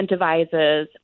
incentivizes